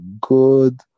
good